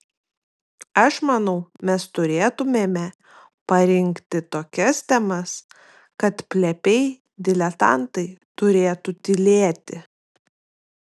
aš manau mes turėtumėme parinkti tokias temas kad plepiai diletantai turėtų tylėti